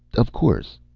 of course.